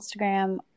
Instagram